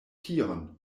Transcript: tion